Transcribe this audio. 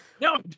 No